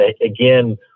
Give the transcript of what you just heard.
again